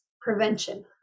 Prevention